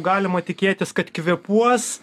galima tikėtis kad kvėpuos